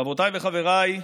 חברותיי וחבריי,